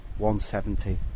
170